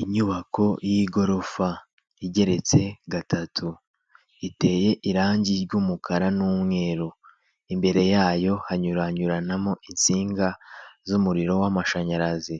Inyubako y'igorofa igeretse gatatu iteye irangi ry'umukara n'umweru; imbere yayo hanyuranyuranamo insinga z'umuriro w'amashanyarazi